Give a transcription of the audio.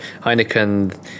Heineken